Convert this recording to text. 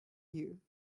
you